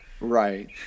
Right